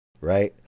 Right